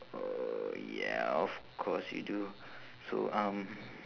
oh yeah of course you do so um